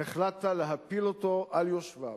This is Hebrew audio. החלטת להפיל אותו על יושביו.